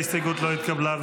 ההסתייגות לא התקבלה.